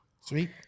sweet